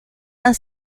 han